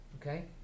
Okay